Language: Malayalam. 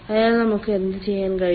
അതിനാൽ നമുക്ക് എന്ത് ചെയ്യാൻ കഴിയും